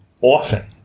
often